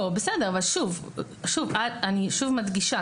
בסדר, אבל אני שוב מדגישה.